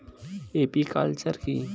Apiculture কি?